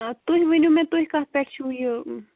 آ تُہۍ ؤنِو مےٚ تُہۍ کَتھ پٮ۪ٹھ چھُو یہِ